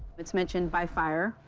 it's mentioned by fire,